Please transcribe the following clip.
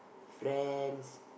friends